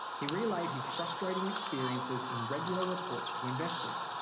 he relayed his frustrating experiences in regular reports to investors.